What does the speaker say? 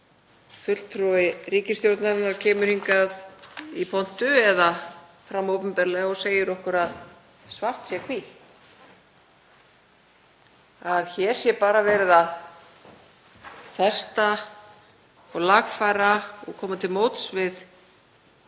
fulltrúi ríkisstjórnarinnar kemur hingað í pontu eða fram opinberlega og segir okkur að svart sé hvítt, að hér sé bara verið að festa og lagfæra og koma til móts við